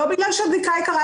לא בגלל שהבדיקה יקרה,